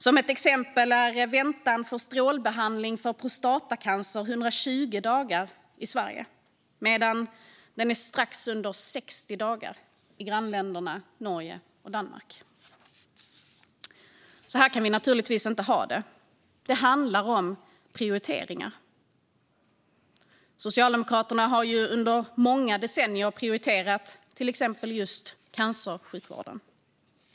Som ett exempel är väntan på strålbehandling vid prostatacancer 120 dagar i Sverige medan den är strax under 60 dagar i Norge och Danmark. Så kan vi naturligtvis inte ha det. Det handlar om prioriteringar. Socialdemokraterna har under många decennier prioriterat till exempel just cancersjukvården.